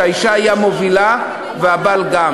שהאישה היא המובילה והבעל גם.